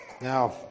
Now